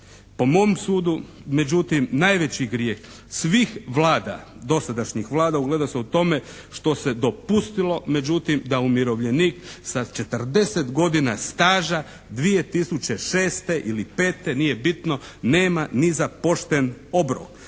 Po mom sudu međutim najveći grijeh svih vlada, dosadašnjih vlada ugleda se u tome što se dopustilo međutim da umirovljenik sa 40 godina staža 2006. ili 2005., nije bitno, nema ni za pošten obrok.